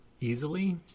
easily